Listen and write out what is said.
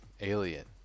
alien